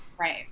Right